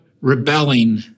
rebelling